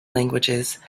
languages